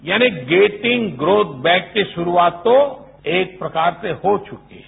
यानि getting growth back की शुरूआत तो एक प्रकार से हो चुकी है